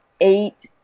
eight